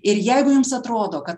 ir jeigu jums atrodo kad